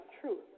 Truth